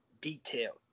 detailed